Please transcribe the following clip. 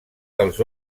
dels